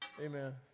Amen